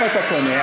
איפה אתה קונה?